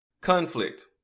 Conflict